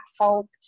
helped